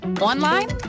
online